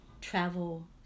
travel